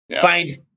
Find